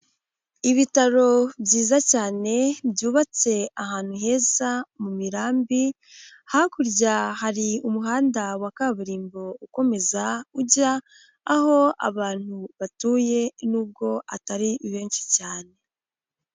Ibitaro byiza cyane byubatse ahantu heza mu mirambi, hakurya hari umuhanda wa kaburimbo ukomeza ujya aho abantu batuye nubwo atari benshi cyane.